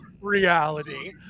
reality